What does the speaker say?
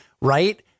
right